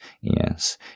yes